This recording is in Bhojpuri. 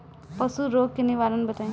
पशु रोग के निवारण बताई?